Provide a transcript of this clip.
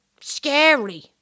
scary